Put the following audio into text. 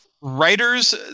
Writers